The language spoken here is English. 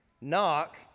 Knock